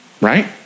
Right